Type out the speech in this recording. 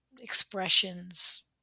expressions